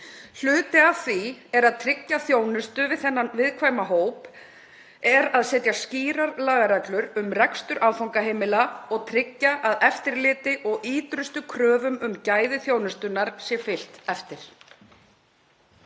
Hluti af því að tryggja þjónustu við þennan viðkvæma hóp er að setja skýrar lagareglur um rekstur áfangaheimila og tryggja að eftirliti og ýtrustu kröfum um gæði þjónustunnar sé fylgt eftir.